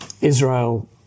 Israel